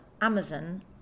Amazon